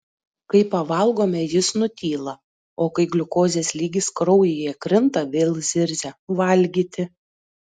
kai pavalgome jis nutyla o kai gliukozės lygis kraujyje krinta vėl zirzia valgyti